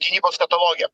gynybos kataloge